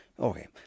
Okay